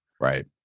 right